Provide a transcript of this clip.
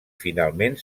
finalment